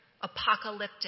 apocalyptic